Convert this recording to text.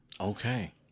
Okay